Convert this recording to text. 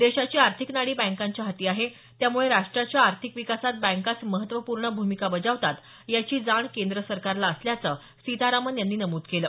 देशाची आर्थिक नाडी बँकांच्या हाती आहे त्यामुळे राष्ट्राच्या आर्थिक विकासात बँकाच महत्वपूर्ण भूमिका बजावतात याची जाण केंद्र सरकारला असल्याचं त्यांनी नमूद केलं